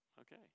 Okay